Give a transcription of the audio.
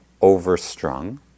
overstrung